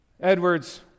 Edwards